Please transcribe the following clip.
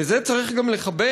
לזה צריך גם לחבר